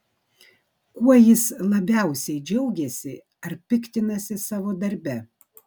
kuo jis labiausiai džiaugiasi ar piktinasi savo darbe